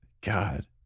God